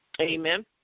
Amen